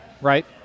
right